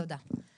תודה.